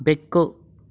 ಬೆಕ್ಕು